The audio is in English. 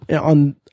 on